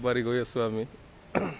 আগবাঢ়ি গৈ আছোঁ আমি